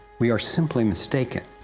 we are simply mistaken.